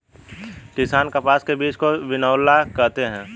किसान कपास के बीज को बिनौला कहते है